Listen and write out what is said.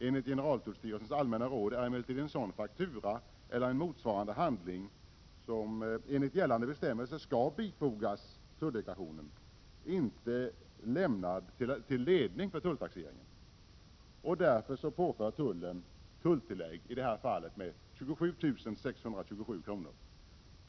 Enligt generaltullstyrelsens allmänna råd är emellertid en sådan faktura eller en motsvarande handling, som enligt gällande bestämmelser skall bifogas deklarationen, inte lämnad till ledning för tulltaxeringen. Därför påförde tullen tulltillägg i det här fallet med 27 627 kr.